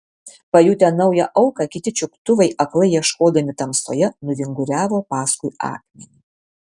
pajutę naują auką kiti čiuptuvai aklai ieškodami tamsoje nuvinguriavo paskui akmenį